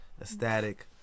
ecstatic